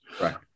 Right